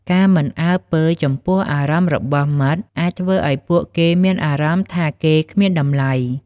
ការមិនអើពើចំពោះអារម្មណ៍របស់មិត្តអាចធ្វើឱ្យពួកគេមានអារម្មណ៍ថាគេគ្មានតម្លៃ។